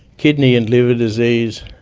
kidney and liver disease,